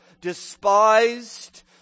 despised